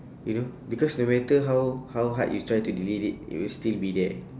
you know because no matter how how hard you try to delete it it will still be there